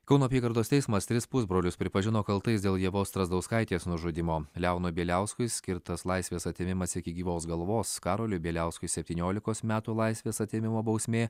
kauno apygardos teismas tris pusbrolius pripažino kaltais dėl ievos strazdauskaitės nužudymo leonui bieliauskui skirtas laisvės atėmimas iki gyvos galvos karoliui bieliauskui septyniolikos metų laisvės atėmimo bausmė